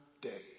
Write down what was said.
day